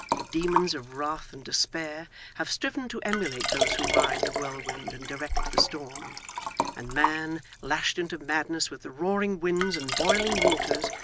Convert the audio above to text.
the demons of wrath and despair have striven to emulate those who ride the whirlwind and direct the storm and man, lashed into madness with the roaring winds and boiling waters,